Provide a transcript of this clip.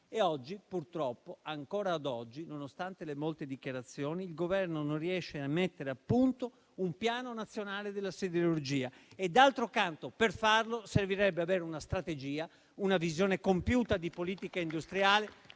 Oggi, purtroppo, ancora ad oggi, nonostante le molte dichiarazioni, il Governo non riesce a mettere a punto un piano nazionale della siderurgia. D'altro canto, per farlo servirebbe avere una strategia, una previsione compiuta di politica industriale,